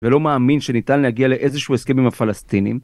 ולא מאמין שניתן להגיע לאיזשהו הסכם עם הפלסטינים